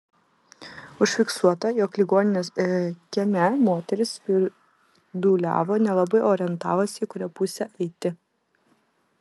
užfiksuota jog ligoninės kieme moteris svirduliavo nelabai orientavosi į kurią pusę eiti